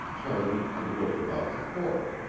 turned and looked about the court.